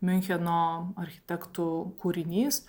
miuncheno architektų kūrinys